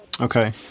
okay